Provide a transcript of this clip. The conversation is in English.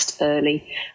early